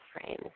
frames